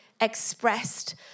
expressed